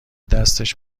دستش